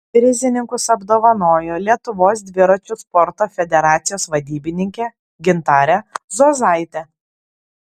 prizininkus apdovanojo lietuvos dviračių sporto federacijos vadybininkė gintarė zuozaitė